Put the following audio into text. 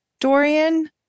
Dorian